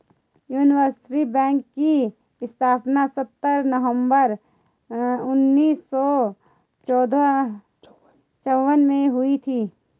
universal bank की स्थापना सत्रह नवंबर उन्नीस सौ चौवन में हुई थी